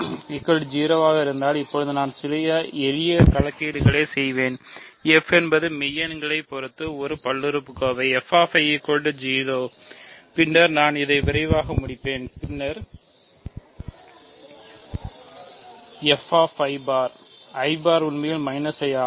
f இதுவும் 0 ஆகும்